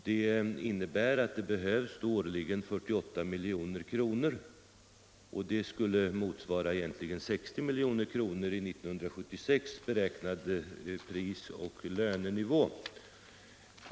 Detta innebär att det årligen behövs 48 milj.kr., och det skulle egentligen motsvara 60 milj.kr. i för 1976 beräknad prisoch lönenivå.